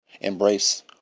embrace